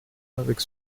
avec